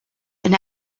and